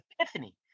epiphany